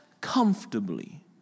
comfortably